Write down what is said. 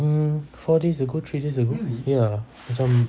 mm four days ago three days ago ya macam